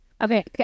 Okay